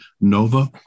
Nova